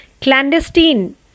clandestine